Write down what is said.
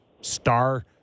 star